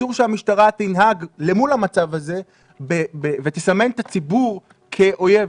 אסור שהמשטרה תנהג אל מול המצב הזה ותסמן את הציבור כאויב.